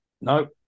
Nope